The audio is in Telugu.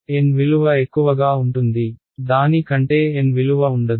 N విలువ ఎక్కువగా ఉంటుంది దాని కంటే N విలువ ఉండదు